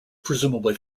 presumably